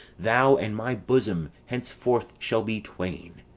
thou and my bosom henceforth shall be twain.